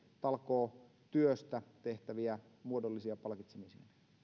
talkootyöstä tehtäviä muodollisia palkitsemisia